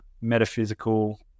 metaphysical